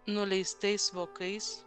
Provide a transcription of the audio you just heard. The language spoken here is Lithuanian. nuleistais vokais